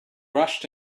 rushed